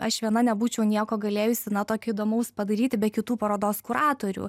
aš viena nebūčiau nieko galėjusi na tokio įdomaus padaryti be kitų parodos kuratorių